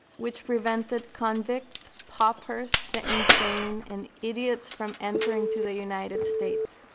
which prevented convicts, paupers, the insane, and idiots from entering to the united states.